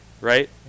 right